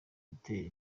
gutera